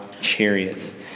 chariots